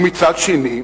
ומצד שני,